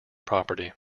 property